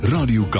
Radio